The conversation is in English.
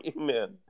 Amen